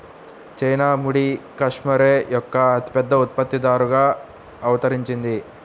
China ముడి cashmere యొక్క అతిపెద్ద ఉత్పత్తిదారుగా అవతరించింది